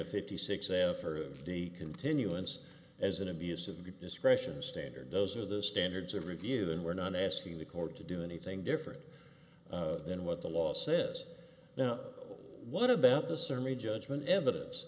a fifty six a for the continuance as an abuse of discretion standard those are the standards of review and we're not asking the court to do anything different than what the law says now what about the semi judgment evidence